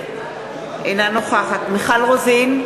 אינה נוכחת מיכל רוזין,